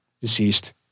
deceased